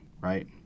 right